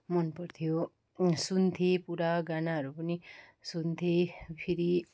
मनपर्थ्यो सुन्थेँ पुरा गानाहरू पनि सुन्थेँ फेरि